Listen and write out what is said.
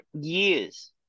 years